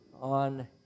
on